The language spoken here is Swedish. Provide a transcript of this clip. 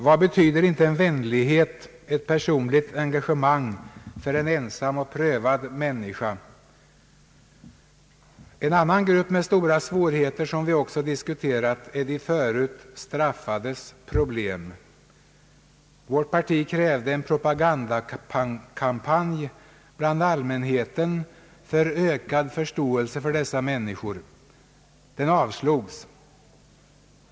Vad betyder inte en vänlighet, ett personligt engagemang för en ensam och prövad människa. En annan grupp med stora svårigheter, som vi också diskuterat, är de förut straffade. Vårt parti krävde en propagandakampanj bland allmänheten för ökad förståelse för dessa människor. Den avslogs.